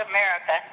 America